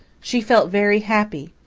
she felt very happy,